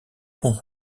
fond